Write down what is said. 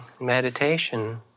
meditation